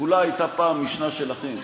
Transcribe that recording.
כולה הייתה פעם משנה שלכם,